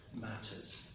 matters